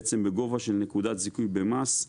בעצם בגובה של נקודת זיכוי במס,